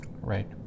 right